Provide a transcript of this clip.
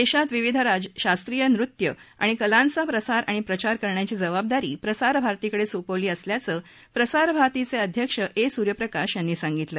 देशात विविध शास्त्रीय नृत्य आणि कलाचा प्रसार आणि प्रचार करण्याची जबाबदारी प्रसारभारतीकडे सोपवली असल्याचं प्रसारभारतीचे अध्यक्ष ए सुर्यप्रकाश यांनी सांगितलं